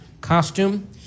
costume